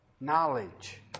knowledge